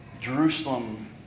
Jerusalem